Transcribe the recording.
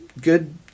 good